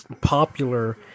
popular